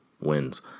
wins